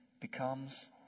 becomes